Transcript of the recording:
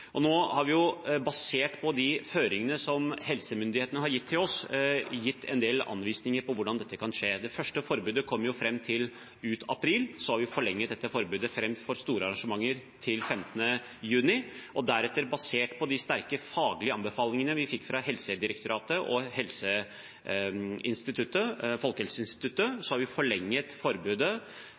Nå har vi, basert på de føringene som helsemyndighetene har gitt oss, gitt en del anvisninger på hvordan dette kan skje. Det første forbudet gjaldt ut april, så forlenget vi dette forbudet mot store arrangementer fram til 15. juni, og deretter, basert på de sterke faglige anbefalingene vi fikk fra Helsedirektoratet og Folkehelseinstituttet, har vi forlenget forbudet